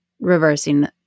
reversing